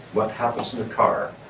what happens in the car,